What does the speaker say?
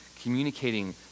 communicating